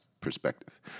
perspective